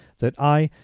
that i,